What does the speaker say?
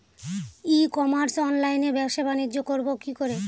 ই commerce অনলাইনে ব্যবসা বানিজ্য করব কি করে?